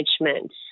management